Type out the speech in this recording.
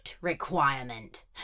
requirement